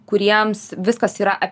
kuriems viskas yra